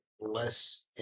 less